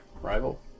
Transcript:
rival